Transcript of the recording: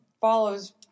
follows